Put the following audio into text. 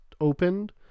opened